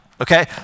okay